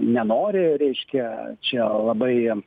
nenori reiškia čia labai